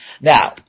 Now